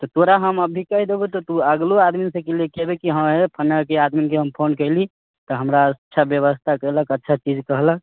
तऽ तोरा हम अभी कहि देबौ तऽ तू अगलो आदमीसभके लऽ कऽ एबे कि हँ हे फलनाके आदमीके हम फोन कयली तऽ हमरा अच्छा व्यवस्था देलक अच्छा चीज कहलक